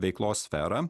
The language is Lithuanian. veiklos sferą